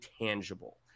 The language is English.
tangible